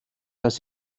dass